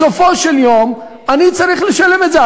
בסופו של יום אני צריך לשלם את זה,